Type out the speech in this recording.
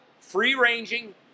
free-ranging